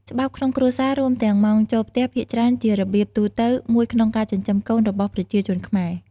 ច្បាប់ក្នុងគ្រួសារ រួមទាំងម៉ោងចូលផ្ទះ ភាគច្រើនជារបៀបទូទៅមួយក្នុងការចិញ្ចឹមកូនរបស់ប្រជាជនខ្មែរ។